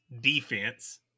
defense